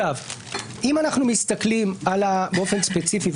אם אנחנו מסתכלים באופן ספציפי,